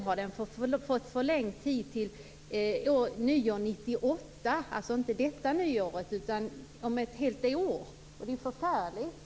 Nu har den fått förlängd tid - till nyår 1998. Tiden har inte förlängts till detta nyår utan ett helt år till. Det är förfärligt.